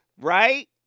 right